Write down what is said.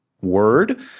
word